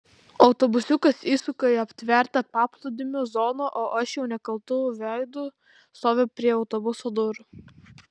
autobusiukas įsuka į aptvertą paplūdimio zoną o aš jau nekaltu veidu stoviu prie autobuso durų